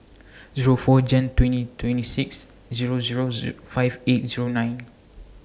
Zero four Jan twenty twenty six Zero Zero five eight Zero nine